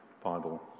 Bible